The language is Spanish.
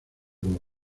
como